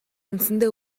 үндсэндээ